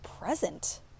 present